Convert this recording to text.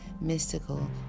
mystical